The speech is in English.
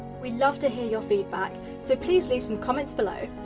we love to hear your feedback, so please leave some comments below.